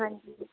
ਹਾਂਜੀ